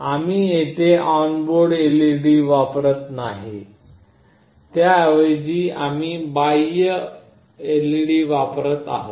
आम्ही येथे onboard LED वापरत नाही त्याऐवजी आम्ही बाह्य LED वापरत आहोत